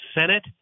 Senate